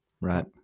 Right